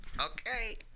Okay